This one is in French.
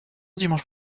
dimanche